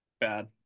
bad